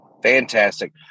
Fantastic